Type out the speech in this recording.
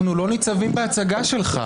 אנחנו לא ניצבים בהצגה שלך.